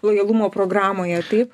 lojalumo programoje taip